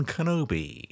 Kenobi